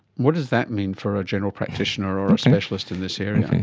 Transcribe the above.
what does that mean for a general practitioner or a specialist in this area?